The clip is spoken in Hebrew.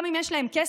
גם אם יש להם כסף,